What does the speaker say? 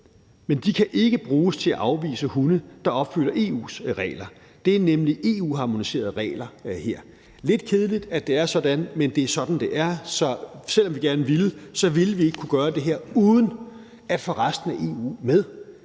men de kan ikke bruges til at afvise hunde, der opfylder EU's regler. Det er nemlig EU-harmoniserede regler her. Det er lidt kedeligt, at det er sådan, men det er sådan, det er; så selv om vi gerne ville, ville vi ikke kunne gøre det her uden at få resten af EU med.